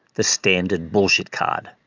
the standard bullshit card,